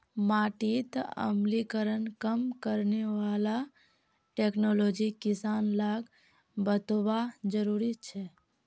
माटीत अम्लीकरण कम करने वाला टेक्नोलॉजी किसान लाक बतौव्वा जरुरी छेक